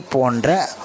Pondra